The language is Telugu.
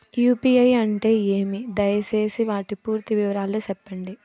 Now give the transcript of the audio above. యు.పి.ఐ అంటే ఏమి? దయసేసి వాటి పూర్తి వివరాలు సెప్పండి?